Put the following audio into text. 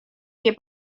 nie